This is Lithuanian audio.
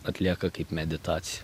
atlieka kaip meditaciją